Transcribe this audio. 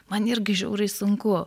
man irgi žiauriai sunku